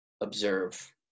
observe